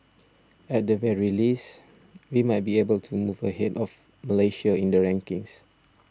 at the very least we might be able to move ahead of Malaysia in the rankings